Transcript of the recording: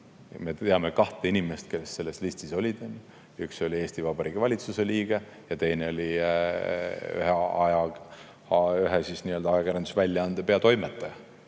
me teame kahte inimest, kes selles listis olid. Üks oli Eesti Vabariigi valitsuse liige ja teine oli ühe ajakirjandusväljaande peatoimetaja.